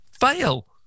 fail